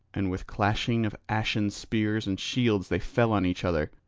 and with clashing of ashen spears and shields they fell on each other,